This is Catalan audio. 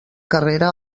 carrera